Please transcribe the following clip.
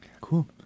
Cool